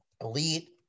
elite